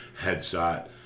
headshot